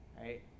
right